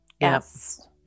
Yes